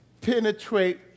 Penetrate